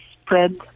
spread